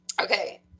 Okay